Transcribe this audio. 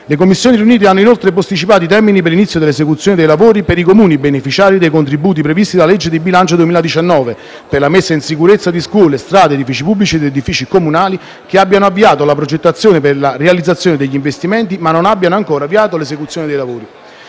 Le Commissioni riunite hanno inoltre posticipato i termini per l'inizio dell'esecuzione dei lavori per i Comuni beneficiari dei contributi previsti dalla legge di bilancio 2019 per la messa in sicurezza di scuole, strade, edifici pubblici ed edifici comunali che abbiano avviato la progettazione per la realizzazione degli investimenti ma non abbiano ancora avviato l'esecuzione dei lavori.